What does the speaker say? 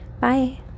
bye